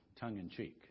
tongue-in-cheek